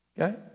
okay